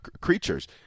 creatures